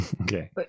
Okay